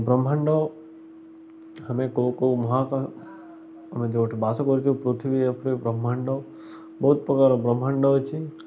ବ୍ରହ୍ମାଣ୍ଡ ଆମେ କେଉଁ କେଉଁ ଆମେ ଯେଉଁଠି ବାସ କରୁଛୁ ପୃଥିବୀ ଏ ଉପରେ ବ୍ରହ୍ମାଣ୍ଡ ବହୁତ ପ୍ରକାର ବ୍ରହ୍ମାଣ୍ଡ ଅଛି